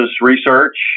research